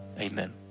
amen